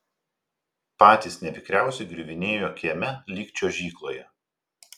patys nevikriausi griuvinėjo kieme lyg čiuožykloje